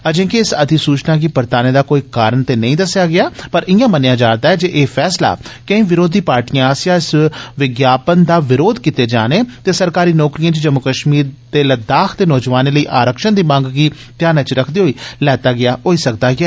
अजें कि इस अधिसूचना गी परताने दा कोई कारण नेई दस्सेआ गेजा ऐ पर इआं मन्नेआ जा'रदा ऐ जे एह् फैसला केई विरोधी पार्टिएं आस्सेआ एह्दा विरोध कीते जाने ते सरकारी नौकरिएं च जम्मू कश्मीर ते लद्दाख दे नोजवानें लेई आरक्षण दी मंग गी ध्यानै च रखदे होई लैता गेआ होई सकदा ऐ